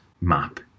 map